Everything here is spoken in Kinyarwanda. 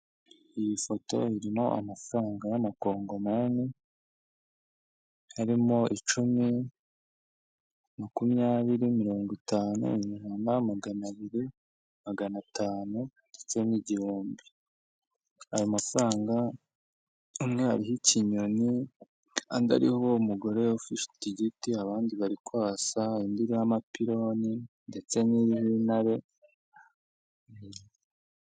Iyi foto irimo amafaranga y'amakongomani harimo icumi, makumyabiri, mirongo itanu, ijana, magana abiri, magana atanu ndetse n'igihumbi, aya mafaranga hamwe hariho ikinyoni ahandi hariho umugore ufite igiti abandi bari kwasa indi iriho amapironi ndetse n'intare.